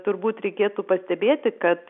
turbūt reikėtų pastebėti kad